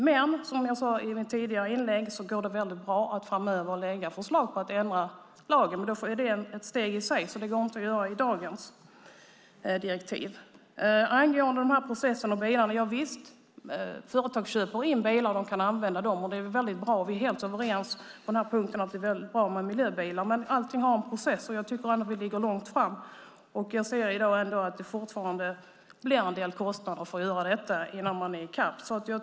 Men som jag sagt i mitt tidigare inlägg går det väldigt bra att framöver lägga fram förslag om att ändra lagen. Men då får det vara ett steg i sig. Det går inte att göra det i samband med dagens direktiv. Angående processen och bilarna: Javisst, företag köper in bilar och kan använda dessa. Det är väldigt bra. Vi är helt överens på den punkten. Det är mycket bra med miljöbilar, men allt har en process. Jag tycker ändå att vi ligger långt framme. Jag ser att det fortfarande blir en del kostnader för att göra allt detta innan man är i kapp.